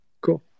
Cool